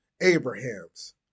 Abraham's